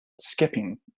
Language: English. skipping